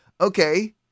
okay